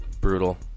Brutal